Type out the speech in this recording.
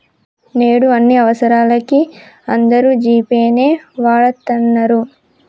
నేడు అన్ని అవసరాలకీ అందరూ జీ పే నే వాడతన్నరు